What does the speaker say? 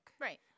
Right